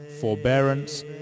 forbearance